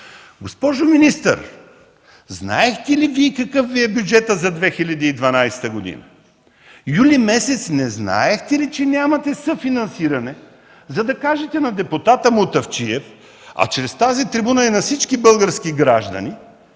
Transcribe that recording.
Госпожо министър, знаехте ли какъв Ви е бюджетът за 2012 г.? През юли месец не знаехте ли, че нямате съфинансиране, за да кажете на депутата Мутафчиев, а чрез тази трибуна и на всички български граждани,